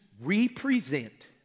Represent